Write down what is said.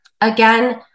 Again